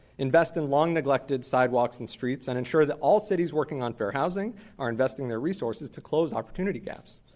invest in long neglected sidewalks and streets and ensure that all cities working on fair housing are investing their resources to close opportunity gaps.